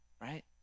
right